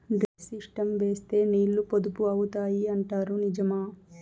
Drip system వేస్తే నీళ్లు పొదుపు అవుతాయి అంటారు నిజమా?